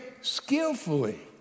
skillfully